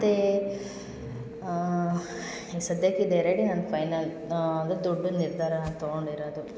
ಮತ್ತು ಈಗ ಸದ್ಯಕ್ಕೆ ಇದು ಎರಡೇ ನಾನು ಫೈನಲ್ ಅಂದರೆ ದೊಡ್ಡ ನಿರ್ಧಾರ ನಾನು ತಗೊಂಡಿರೋದು